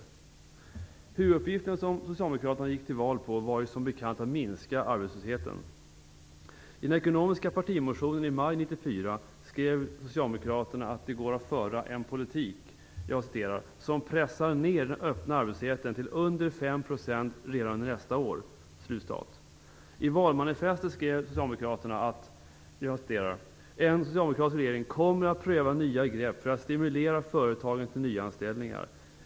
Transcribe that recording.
Den huvuduppgift som Socialdemokraterna gick till val på var, som bekant, att minska arbetslösheten. Socialdemokraterna att det går att föra en politik "som pressar ner den öppna arbetslösheten till under fem procent redan under nästa år". I valmanifestet skrev Socialdemokraterna: "En socialdemokratisk regering kommer att pröva nya grepp för att stimulera företagen till nyanställningar.